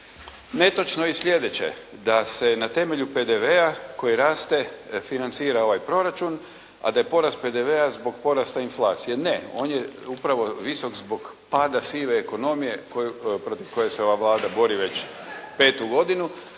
Netočno je i sljedeće. Da se na temelju PDV koji raste financira ovaj proračun a da je porast PDV-a zbog porasta inflacije, ne on je upravo visok zbog pada visoke ekonome protiv koje se ova Vlada bori već petu godinu.